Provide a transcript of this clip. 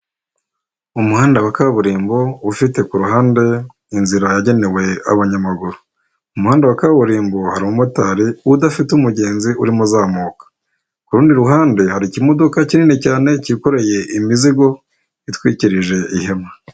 Umuhanda wa kaburimbo ufite ku ruhande, inzira yagenewe abanyamaguru. Mu muhanda wa kaburimbo hari umumotari ,udafite umugenzi urimo uzamuka. Ku rundi ruhande hari ikimodoka kinini cyane cyikoreye imizigo itwikirije ihema.